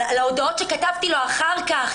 על ההודעות שכתבתי לו אחר כך,